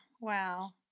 Wow